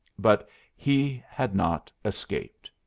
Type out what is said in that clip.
but he had not escaped.